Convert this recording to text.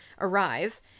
arrive